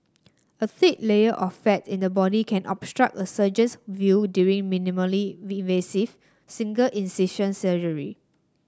a thick layer of fat in the body can obstruct a surgeon's view during minimally invasive single incision surgery